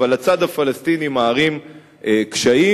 אבל הצד הפלסטיני מערים קשיים,